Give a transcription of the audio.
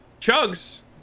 chugs